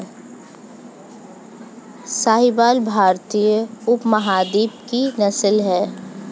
साहीवाल भारतीय उपमहाद्वीप की नस्ल है